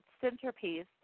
centerpiece